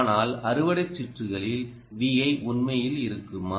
ஆனால் அறுவடை சுற்றுகளில் Vi உண்மையில் இருக்குமா